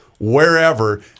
Wherever